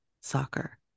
soccer